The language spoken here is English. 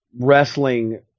wrestling